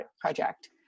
project